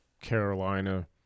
Carolina